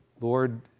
Lord